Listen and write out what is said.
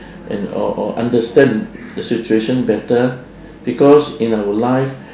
and or or understand the situation better because in our life